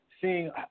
seeing